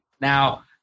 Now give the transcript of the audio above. Now